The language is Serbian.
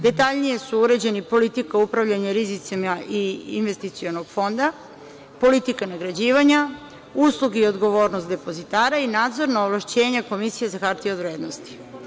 Detaljnije su uređeni politika upravljanja rizicima i investicionog fonda, politika nagrađivanja, usluge i odgovornost depozitara i nadzorna ovlašćenja Komisije za hartije od vrednosti.